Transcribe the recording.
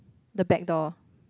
the back door